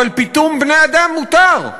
אבל פיטום בני-אדם מותר.